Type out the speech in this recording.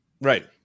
Right